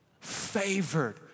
Favored